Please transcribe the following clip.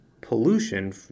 pollution